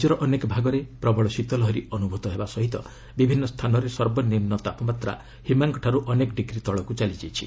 ରାଜ୍ୟର ଅନେକ ଭାଗରେ ପ୍ରବଳ ଶୀତଲହରୀ ଅନୁଭୂତ ହେବା ସହ ବିଭିନ୍ନ ସ୍ଥାନରେ ସର୍ବନିମ୍ନ ତାପମାତ୍ରା ହିମାଙ୍କଠାରୁ ଅନେକ ଡିଗ୍ରୀ ତଳକୁ ଚାଲିଯାଇଛି